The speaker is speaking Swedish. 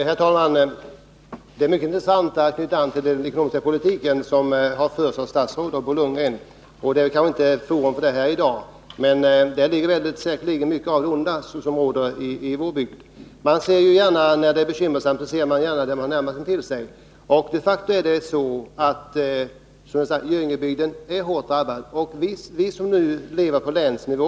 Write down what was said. Herr talman! Det är mycket intressant att knyta an till den diskussion om den ekonomiska politiken som statsrådet och Bo Lundgren har fört. Kammaren är kanske inte rätt forum för det i dag, men där finns säkerligen mycket av roten till det onda som gäller vår bygd. När det är bekymmersamt ser man gärna till förhållandena närmast omkring sig, och Göingebygden är de facto hårt drabbad.